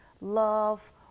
love